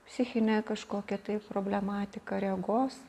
psichinė kažkokia tai problematika regos